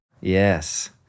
Yes